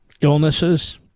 illnesses